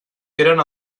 eren